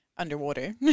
underwater